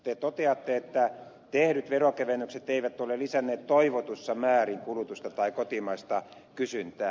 te toteatte että tehdyt veronkevennykset eivät ole lisänneet toivotussa määrin kulutusta tai kotimaista kysyntää